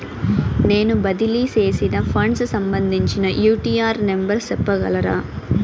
నేను బదిలీ సేసిన ఫండ్స్ సంబంధించిన యూ.టీ.ఆర్ నెంబర్ సెప్పగలరా